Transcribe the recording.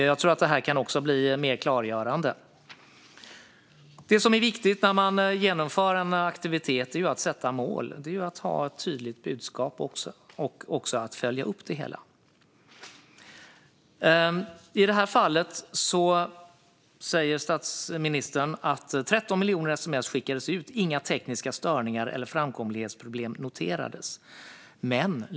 Jag tror att det också kan bli mer klargörande. Det som är viktigt när man genomför en aktivitet är att sätta mål, att ha ett tydligt budskap och också att följa upp det hela. I det här fallet säger ministern att 13 miljoner sms skickades ut och att inga tekniska störningar eller framkomlighetsproblem noterades.